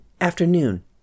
afternoon